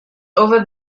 over